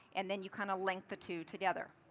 and then you kind of link the two together.